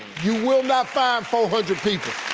you will not find four hundred people.